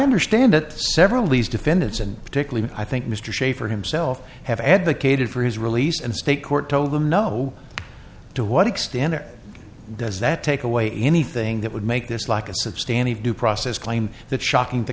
understand that several of these defendants and particularly i think mr shafer himself have advocated for his release and state court told them no to what extent does that take away anything that would make this like a substandard due process claim that shocking t